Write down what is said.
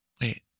wait